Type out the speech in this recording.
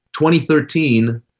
2013